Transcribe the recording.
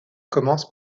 commence